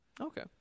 Okay